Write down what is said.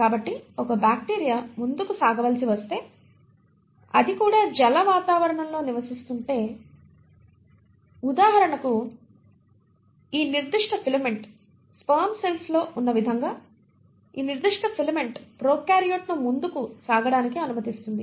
కాబట్టి ఒక బ్యాక్టీరియా ముందుకు సాగవలసి వస్తే అది కూడా జల వాతావరణంలో నివసిస్తుంటే ఉదాహరణకు ఈ నిర్దిష్ట ఫిలమెంట్ స్పెర్మ్ సెల్స్ లో ఉన్న విధంగా ఈ నిర్దిష్ట ఫిలమెంట్ ప్రొకార్యోట్ను ముందుకు సాగడానికి అనుమతిస్తుంది